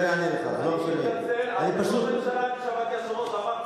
אבל מראש הממשלה שמעתי בשבוע שעבר,